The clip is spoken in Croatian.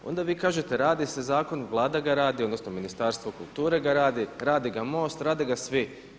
Onda vi kažete radi se zakon, Vlada ga radi, odnosno Ministarstvo kulture ga radi, radi ga MOST, rade ga svi.